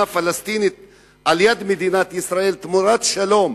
פלסטינית על יד מדינת ישראל תמורת השלום.